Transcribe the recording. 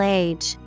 age